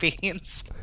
beans